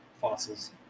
fossils